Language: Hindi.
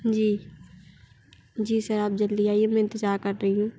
जी जी सर आप जल्दी आइए मैं इंतज़ार कर रही हूँ